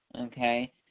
okay